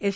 S